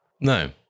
No